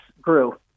grew